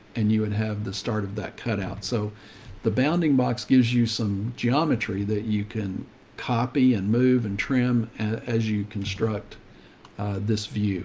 and you would have the start of that cutout. so the bounding box gives you some geometry that you can copy and move and trim as you construct this view.